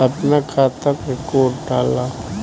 अपना खाता के कोड डाला